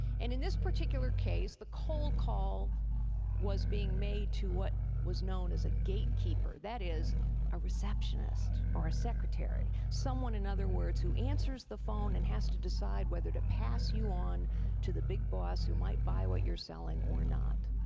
and in this particular case the cold call was being made to what was known as a gatekeeper, that is a receptionist or a secretary. someone, in other words, who answers the phone and has to decide whether to pass you on to the big boss who might buy what you're selling or not.